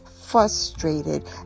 frustrated